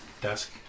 desk